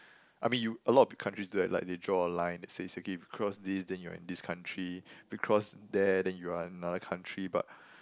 I mean you a lot of big countries don't have like they draw a line that says okay if you cross this then you're in this country you cross there then you are in another country but